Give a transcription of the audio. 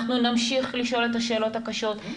אנחנו נמשיך לשאול את השאלות הקשות,